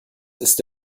ist